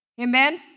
Amen